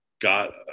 got